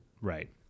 Right